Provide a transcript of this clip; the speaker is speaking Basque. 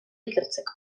ikertzeko